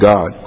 God